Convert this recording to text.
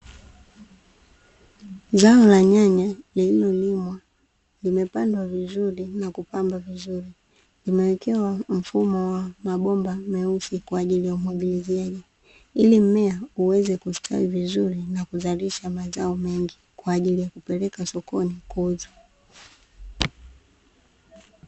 Zao la nyanya lililolimwa limepandwa vizuri na kupangwa vizuri, limewekewa mfumo wa mabomba meusi kwaajili ya umwagiliziaji ili mmea uweze kustawi vizuri na kuzalisha mazao mengi kwaajili ya kupelekwa sokoni kuuzwa.